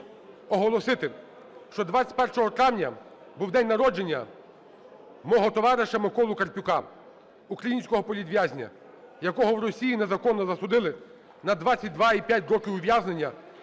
оголосити, що 21 травня був день народження в мого товариша Миколи Карпюка, українського політв'язня, якого в Росії незаконно засудили на 22,5 роки ув'язнення